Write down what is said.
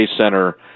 Center